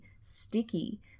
sticky